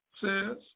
says